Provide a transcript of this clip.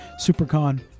Supercon